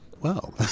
Wow